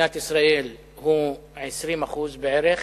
במדינת ישראל הוא 20% בערך.